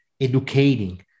educating